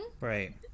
right